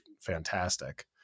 fantastic